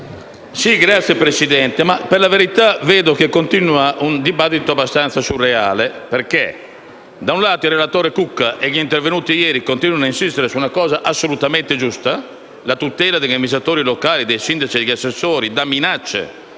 Signora Presidente, per la verità, vedo che continua un dibattito abbastanza surreale. Da un lato il relatore Cucca e coloro che sono intervenuti ieri continuano ad insistere su una cosa assolutamente giusta: la tutela degli amministratori locali, dei sindaci e degli assessori da minacce,